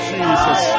Jesus